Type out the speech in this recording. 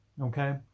okay